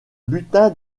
butin